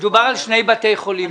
מדובר על שני בתי חולים.